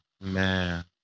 man